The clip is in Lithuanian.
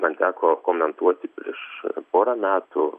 man teko komentuoti prieš porą metų